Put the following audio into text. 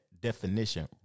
definition